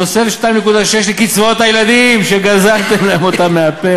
תוספת של 2.6 מיליארד לקצבאות הילדים שגזלתם להם אותן מהפה,